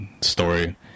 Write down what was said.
story